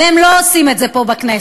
והם לא עושים את זה פה בכנסת.